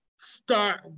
start